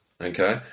okay